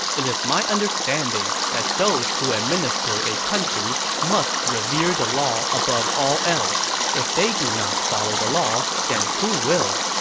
it is my understanding that those who administer a country must revere the law above all else. if they do not follow the law, then who will?